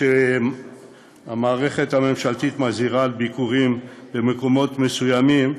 כשהמערכת הממשלתית מזהירה מביקורים במקומות מסוימים,